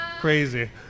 crazy